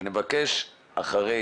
אחרי